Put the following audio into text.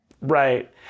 Right